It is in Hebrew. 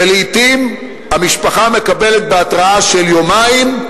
ולעתים המשפחה מקבלת בהתרעה של יומיים,